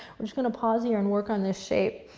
i'm just going to pause here and work on this shape.